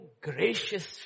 gracious